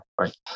right